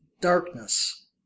Darkness